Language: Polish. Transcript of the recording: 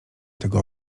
tego